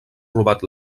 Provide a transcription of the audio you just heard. robat